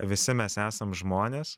visi mes esam žmonės